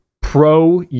pro